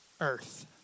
earth